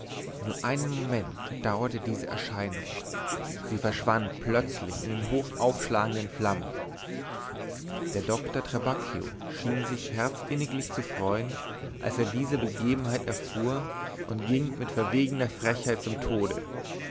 nur einen moment dauerte diese erscheinung sie verschwand plötzlich in den hochaufschlagenden flammen der doktor trabacchio schien sich herzinniglich zu freuen als er diese begebenheit erfuhr und ging mit verwegener frechheit zum tode